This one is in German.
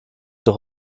doch